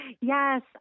Yes